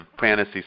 fantasy